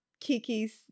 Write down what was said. Kiki's